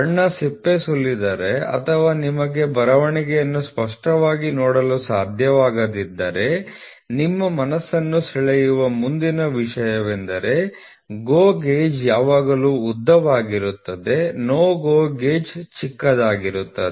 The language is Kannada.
ಬಣ್ಣ ಸಿಪ್ಪೆ ಸುಲಿದಿದ್ದರೆ ಅಥವಾ ನಿಮಗೆ ಬರವಣಿಗೆಯನ್ನು ಸ್ಪಷ್ಟವಾಗಿ ನೋಡಲು ಸಾಧ್ಯವಾಗದಿದ್ದರೆ ನಿಮ್ಮ ಮನಸ್ಸನ್ನು ಸೆಳೆಯುವ ಮುಂದಿನ ವಿಷಯವೆಂದರೆ GO ಗೇಜ್ ಯಾವಾಗಲೂ ಉದ್ದವಾಗಿರುತ್ತದೆ NO GO ಗೇಜ್ ಚಿಕ್ಕದಾಗಿರುತ್ತದೆ